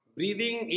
Breathing